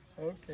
Okay